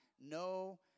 no